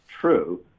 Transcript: true